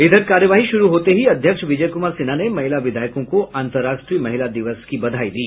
इधर कार्यवाही शुरू होते ही अध्यक्ष विजय कुमार सिन्हा ने महिला विधायकों को अंतर्राष्ट्रीय महिला दिवस की बधाई दी